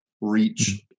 reach